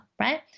Right